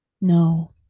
No